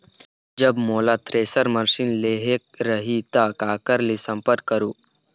जब मोला thresher machine लेहेक रही ता काकर ले संपर्क करों?